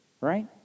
right